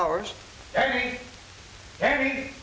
ours every